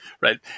right